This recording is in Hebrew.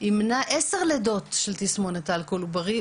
וימנע 10 לידות של ילדים עם תסמונת אלכוהול עוברי,